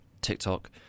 TikTok